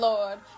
Lord